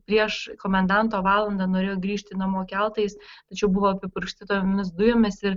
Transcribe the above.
prieš komendanto valandą norėjo grįžti namo keltais tačiau buvo apipurkšti tomis dujomis ir